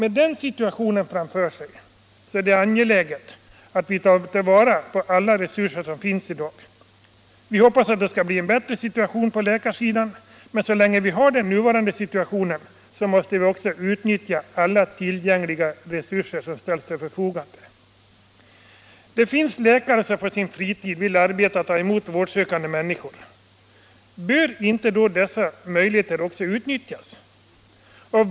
I den situationen är det angeläget att vi tar till vara alla resurser som finns. Vi hoppas att situationen på läkarsidan skall bli bättre, men så länge den är som den nu är måste vi utnyttja alla tillgängliga resurser. Det finns läkare som på sin fritid vill ta emot vårdsökande människor. Bör då inte dessa möjligheter att ge läkarvård utnyttjas?